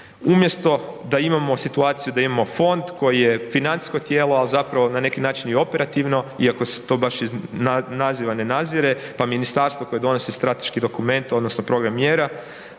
Umjesto da imamo situaciju da imamo fond, koji je financijsko tijelo, ali zapravo na neki način i operativno iako se to baš iz naziva ne nazire pa ministarstvo koje donosi strateški dokument odnosno program mjera